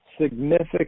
significant